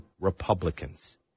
Republicans